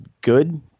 good